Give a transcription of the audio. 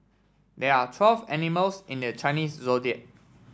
there are twelve animals in the Chinese Zodiac